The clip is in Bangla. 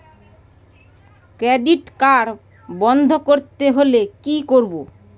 ক্রেডিট কার্ড বন্ধ করতে হলে কি করব?